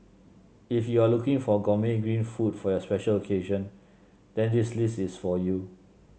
if you are looking for gourmet green food for your special occasion then this list is for you